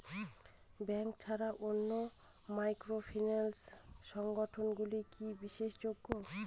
Bank ছাড়া অন্যান্য microfinance সংগঠন গুলি কি বিশ্বাসযোগ্য?